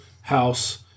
House